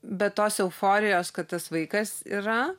be tos euforijos kad tas vaikas yra